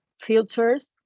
filters